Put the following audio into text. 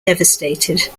devastated